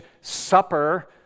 supper